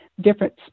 different